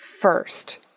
first